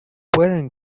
pueden